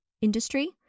industry